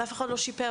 ואף אחד לא שיפר,